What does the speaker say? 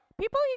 People